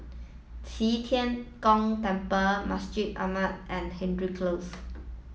Qi Tian Gong Temple Masjid Ahmad and Hendry Close